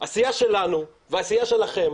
הסיעה שלנו והסיעה שלכם,